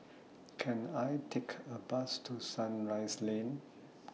Can I Take A Bus to Sunrise Lane